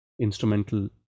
instrumental